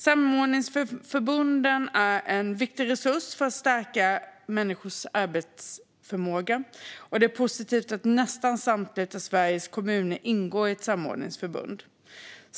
Samordningsförbunden är en viktig resurs för att stärka människors arbetsförmåga, och det är positivt att nästan samtliga Sveriges kommuner ingår i ett samordningsförbund.